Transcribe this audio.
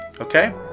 okay